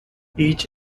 each